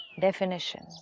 Definition